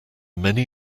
many